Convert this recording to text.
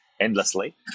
endlessly